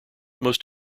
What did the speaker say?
most